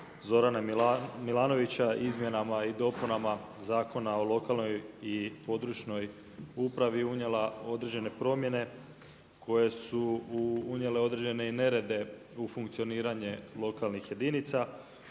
Zorana Milanovića Izmjenama i dopunama Zakona o lokalnoj i područnoj upravi unijela određene promjene koje su unijele određene i nerede u funkcioniranje lokalnih jedinica.